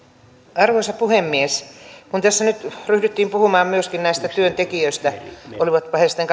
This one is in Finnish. arvoisa puhemies kun tässä nyt ryhdyttiin puhumaan myöskin näistä työntekijöistä olivatpa he sitten